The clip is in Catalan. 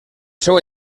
seua